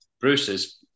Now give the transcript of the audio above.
Bruce's